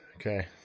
Okay